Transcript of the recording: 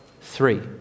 three